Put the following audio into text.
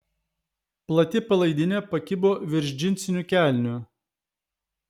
plati palaidinė pakibo virš džinsinių kelnių